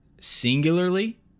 singularly